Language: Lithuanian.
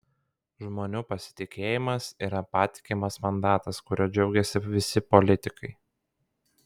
žmonių pasitikėjimas yra patikimas mandatas kuriuo džiaugiasi visi politikai